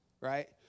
Right